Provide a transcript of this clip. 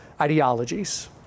ideologies